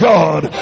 God